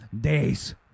days